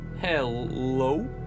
hello